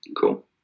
Cool